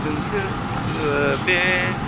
नोंसो बे